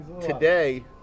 today